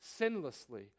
sinlessly